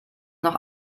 noch